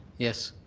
yes.